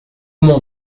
mon